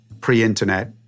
pre-internet